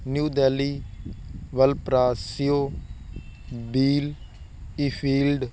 new Delhi Valparaiso ਬੀਲ ਈਫੀਲਡ